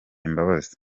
imbabazi